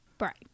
Right